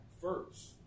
first